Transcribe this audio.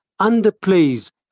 underplays